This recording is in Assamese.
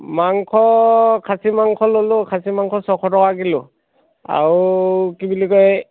মাংস খাছী মাংস ল'লোঁ খাছী মাংস ছয়শ টকা কিলো আৰু কি বুলি কয়